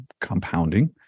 compounding